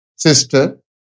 sister